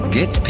get